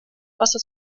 wasser